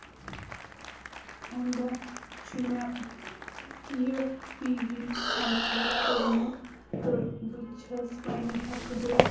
اَمہِ دۄہ چھُ مےٚ یہِ پی جی کَمپٕلیٖٹ کوٚرمُت تہٕ بہٕ چھَس وۄنۍ ہٮ۪کہٕ بہٕ